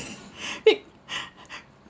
be~